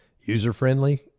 user-friendly